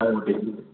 जागोन दे